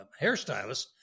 hairstylist